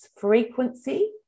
frequency